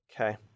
Okay